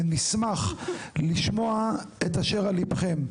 ונשמח לשמוע את אשר על ליבכם.